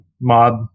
mob